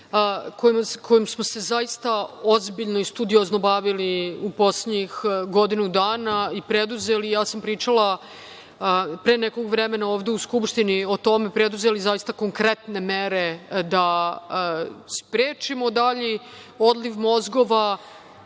kojom smo se zaista ozbiljno i studiozno bavili u poslednjih godinu dana i preduzeli, ja sam pričala pre nekog vremena ovde u Skupštini o tome, preduzeli zaista konkretne mere da sprečimo dalji odliv mozgova,